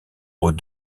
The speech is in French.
aux